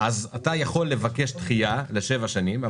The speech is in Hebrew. אתה יכול לבקש דחייה לשבע שנים.